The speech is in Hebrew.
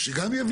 על מצב שבו מגיע